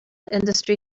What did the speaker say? industry